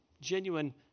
genuine